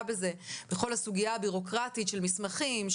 בזה בכל הסוגיה הבירוקרטית של מסמכים,